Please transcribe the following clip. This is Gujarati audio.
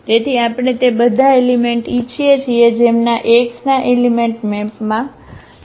તેથી આપણે તે બધા એલિમેંટ ઇચ્છીએ છીએ જેમના X ના એલિમેંટ મેપમાં 0 છે